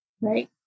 right